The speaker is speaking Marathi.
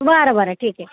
बरं बरं ठीक आहे